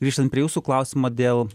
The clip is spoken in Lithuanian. grįžtant prie jūsų klausimo dėl